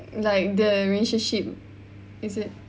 like the relationship is it